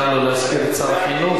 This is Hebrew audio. אפשר שלא להזכיר את שר החינוך?